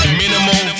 minimal